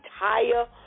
entire